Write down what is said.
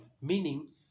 meaning